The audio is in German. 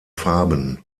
farben